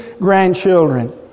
grandchildren